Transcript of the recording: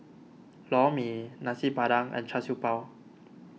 Lor Mee Nasi Padang and Char Siew Bao